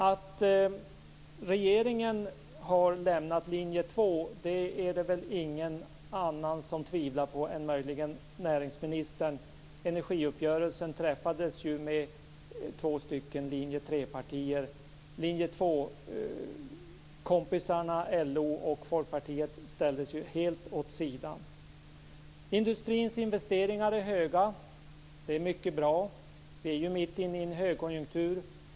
Att regeringen har lämnat linje 2 är det väl ingen annan som tvivlar på än möjligen näringsministern. Energiuppgörelsen träffades ju med två stycken linje Industrins investeringar är höga. Det är mycket bra. Vi är ju mitt inne i en högkonjunktur.